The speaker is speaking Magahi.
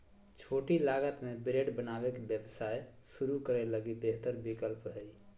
छोटी लागत में ब्रेड बनावे के व्यवसाय शुरू करे लगी बेहतर विकल्प हइ